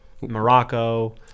Morocco